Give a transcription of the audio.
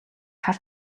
хар